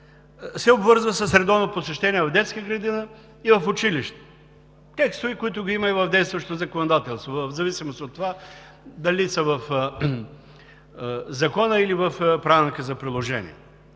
се обвързва с редовно посещение в детска градина и в училище. Текстове, които ги има и в действащото законодателство – в зависимост от това дали са в Закона, или в Правилника за приложение.